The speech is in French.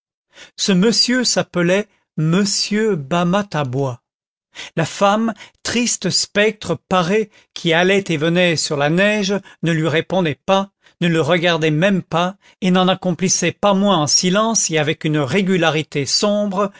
ce monsieur s'appelait monsieur bamatabois la femme triste spectre paré qui allait et venait sur la neige ne lui répondait pas ne le regardait même pas et n'en accomplissait pas moins en silence et avec une régularité sombre